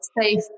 safe